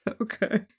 Okay